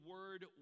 Word